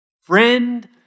Friend